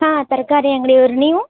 ಹಾಂ ತರಕಾರಿ ಅಗ್ಡಿಯವರು ನೀವು